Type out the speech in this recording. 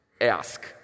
ask